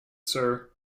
sir